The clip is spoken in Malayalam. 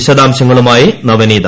വിശദാംശങ്ങളുമായി നവനീത